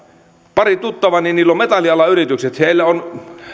parilla tuttavallani on metallialan yritykset joissa on